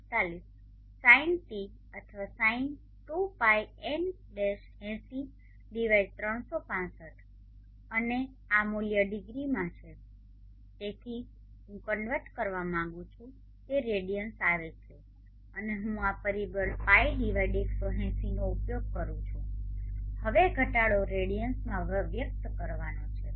45 Sin અથવા Sin 2Π365 અને આ મૂલ્ય ડિગ્રીમાં છે તેથી હું કન્વર્ટ કરવા માંગુ છું તે રેડિઅન્સમાં આવે છે અને હું આ પરિબળ Π 180 નો ઉપયોગ કરી રહ્યો છું હવે ઘટાડો રેડિયન્સમાં વ્યક્ત થયો છે